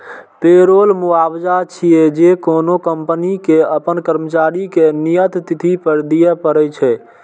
payroll मुआवजा छियै, जे कोनो कंपनी कें अपन कर्मचारी कें नियत तिथि पर दियै पड़ै छै